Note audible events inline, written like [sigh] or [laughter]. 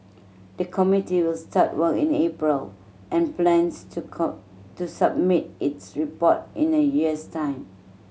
the committee will start work in April and plans to [unintelligible] to submit its report in a year's time